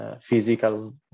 physical